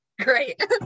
Great